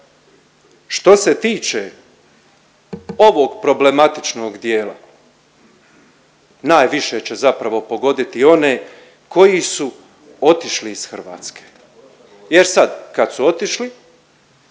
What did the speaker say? što se tiče ovog problematičnog dijela najviše će zapravo pogoditi one koji su otišli iz Hrvatske. Jer sad kad su otišli